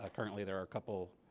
ah currently there are a couple